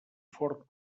fort